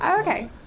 Okay